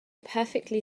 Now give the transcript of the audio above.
perfectly